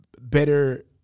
better